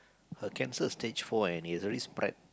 her cancer stage four and it's already spread